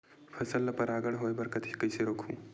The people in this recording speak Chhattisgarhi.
फसल ल परागण होय बर कइसे रोकहु?